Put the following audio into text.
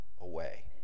away